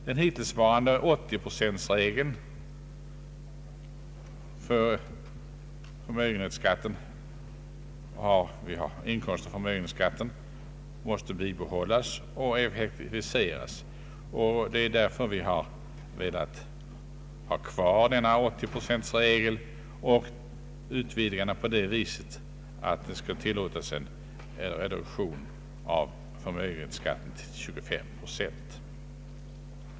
Den hittillsvarande 80-procentregeln för inkomstoch förmögenhetsskatten måste bibehållas och utvidgas på så sätt att det skall tillåtas en reduktion av förmögenhetsskatten till 25 procent.